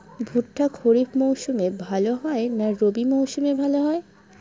ভুট্টা খরিফ মৌসুমে ভাল হয় না রবি মৌসুমে ভাল হয়?